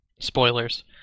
spoilers